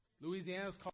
Louisiana's